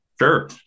sure